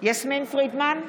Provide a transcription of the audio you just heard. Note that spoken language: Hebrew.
יסמין פרידמן,